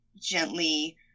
gently